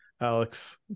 Alex